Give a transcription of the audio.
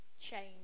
change